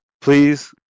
Please